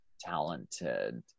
talented